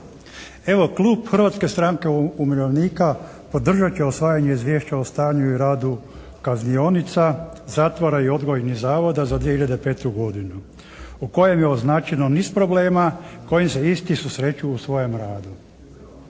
Evo klub Hrvatske stranke umirovljenika podržat će usvajanje Izvješće o stanju i radu kaznionica, zatvora i odgojnih zavoda za 2005. godinu u kojem je označeno niz problema, kojim se isti susreću u svojem radu.